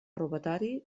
robatori